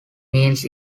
means